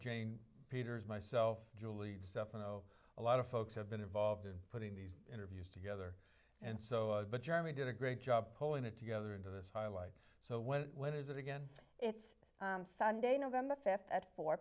jane peters myself julie self know a lot of folks have been involved in putting these interviews together and so on but germany did a great job pulling it together into this highlight so when when is it again it's sunday november fifth at four